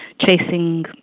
chasing